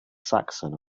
saxon